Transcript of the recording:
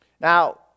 Now